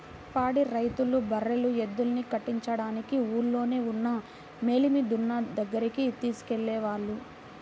పాడి రైతులు బర్రెలు, ఎద్దుల్ని కట్టించడానికి ఊల్లోనే ఉన్న మేలిమి దున్న దగ్గరికి తీసుకెళ్ళేవాళ్ళు